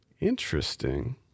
Interesting